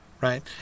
right